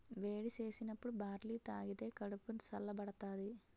వేడి సేసినప్పుడు బార్లీ తాగిదే కడుపు సల్ల బడతాది